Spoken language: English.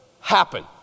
happen